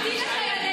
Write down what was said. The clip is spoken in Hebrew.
אני לארג' איתך.